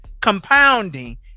compounding